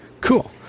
Cool